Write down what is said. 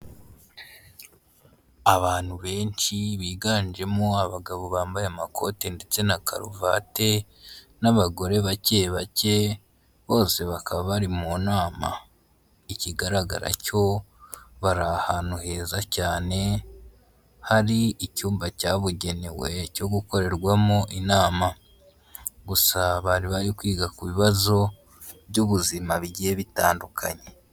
Abantu benshi biganjemo abagabo bambaye amakoti ndetse na karuvati, n'abagore bake bake bose bakaba bari mu nama, ikigaragara cyo bari ahantu heza cyane hari icyumba cyabugenewe cyo gukorerwamo inama, gusa bari bari kwiga ku bibazo by'ubuzima bigiye bitandukanye.